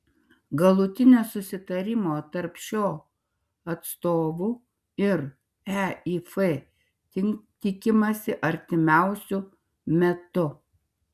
galutinio susitarimo tarp šio atstovų ir eif tikimasi artimiausiu metu